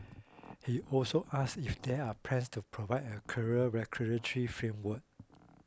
he also asked if there are plans to provide a clearer regulatory framework